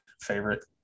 favorite